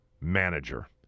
manager